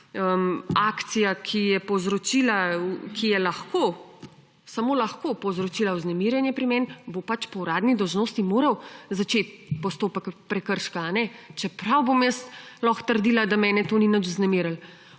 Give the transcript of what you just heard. bila neka taka akcija, ki je lahko, samo lahko povzročila vznemirjenje pri meni, bo pač po uradni dolžnosti moral začeti postopek prekrška, čeprav bom jaz lahko trdila, da mene to ni nič vznemirilo.